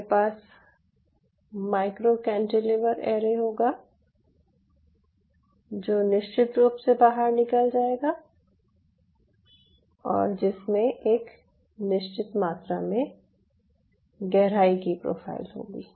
आपके पास micro cantilever array होगा जो निश्चित रूप से सतह से बाहर निकल जाएगा और जिसमें एक निश्चित मात्रा में गहराई की प्रोफ़ाइल होगी